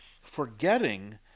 forgetting